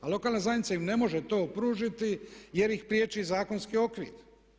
A lokalna zajednica im ne može to pružiti jer ih priječi zakonski okvir.